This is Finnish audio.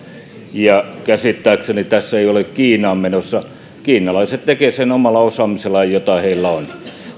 ja käsittääkseni se ei ole tässä kiinaan menossa kiinalaiset tekevät sen omalla osaamisellaan jota heillä on